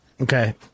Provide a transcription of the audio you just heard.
Okay